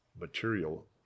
material